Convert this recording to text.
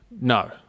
No